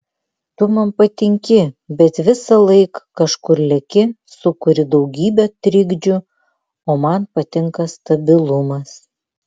tu man patinki bet visąlaik kažkur leki sukuri daugybę trikdžių o man patinka stabilumas